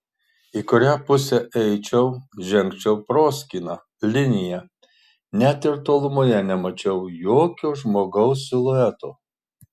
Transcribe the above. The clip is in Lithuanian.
į kurią pusę eičiau žengčiau proskyna linija net ir tolumoje nemačiau jokio žmogaus silueto